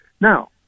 Now